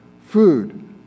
food